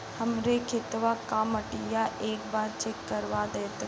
हमरे खेतवा क मटीया एक बार चेक करवा देत?